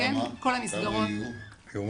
כמה יהיו?